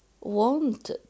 want